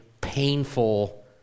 painful